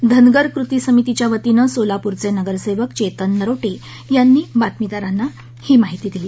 धनगर कृती समितीच्या वतीनं सोलापूरचे नगरसेवक चेतन नरोटे यांनी बातमीदारांना ही माहिती दिली